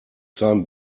seinem